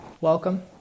Welcome